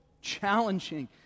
challenging